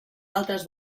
altres